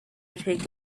take